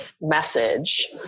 message